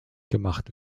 gemacht